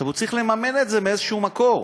ועכשיו הוא צריך לממן את זה מאיזשהו מקור.